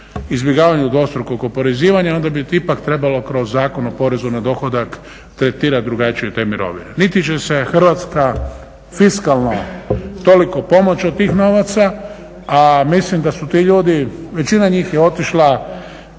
izbjegavanju dvostrukog oporezivanja onda bi ipak trebalo kroz Zakon o porezu na dohodak tretirati drugačije te mirovine, niti će se Hrvatska fiskalno toliko pomoći od tih novaca, a mislim da su ti ljudi većina njih je otišla